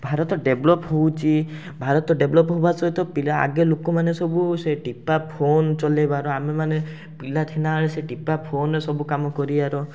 Bharat develop ହେଉଛି Bharat develop ହେବା ସହିତ ପିଲା ଆଗେ ଲୋକମାନେ ସବୁ ସେ ଟିପା ଫୋନ୍ ଚଲେଇବାର ଆମେମାନେ ପିଲା ଥିଲାବେଳେ ସେ ଟିପା ଫୋନ୍ରେ ସବୁ କାମ କରିବାର